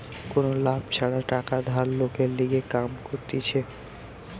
কোনো লাভ ছাড়া টাকা ধার লোকের লিগে কাম করতিছে